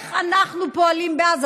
איך אנחנו פועלים בעזה?